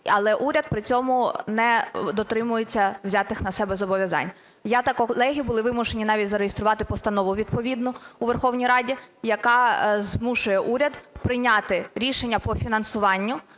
але уряд при цьому не дотримується взятих на себе зобов'язань. Я та колеги були вимушені навіть зареєструвати постанову відповідну у Верховній Раді, яка змушує уряд прийняти рішення по фінансуванню